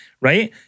right